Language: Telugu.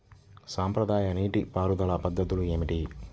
సాంప్రదాయ నీటి పారుదల పద్ధతులు ఏమిటి?